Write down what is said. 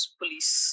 police